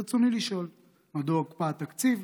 ברצוני לשאול: 1. מדוע הוקפא התקציב?